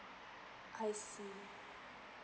I see